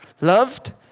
loved